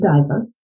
Diver